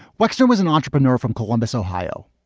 wexner was an entrepreneur from columbus, ohio.